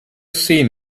seen